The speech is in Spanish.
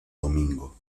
domingo